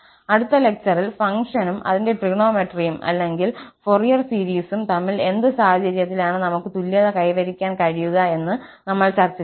അടുത്ത ലെക്ചറിൽ ഫംഗ്ഷനും അതിന്റെ ട്രിഗണോമെട്രിയും അല്ലെങ്കിൽ ഫൊറിയർ സീരീസും തമ്മിൽ ഏത് സാഹചര്യത്തിലാണ് നമുക്ക് തുല്യത കൈവരിക്കാൻ കഴിയുക എന്ന് നമ്മൾ ചർച്ച ചെയ്യും